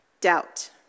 doubt